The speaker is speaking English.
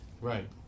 Right